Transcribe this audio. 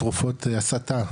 התרופות הסתה,